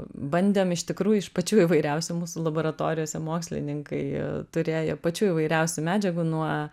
bandėm iš tikrųjų iš pačių įvairiausių mūsų laboratorijose mokslininkai turėjo pačių įvairiausių medžiagų nuo